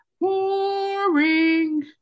boring